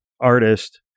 artist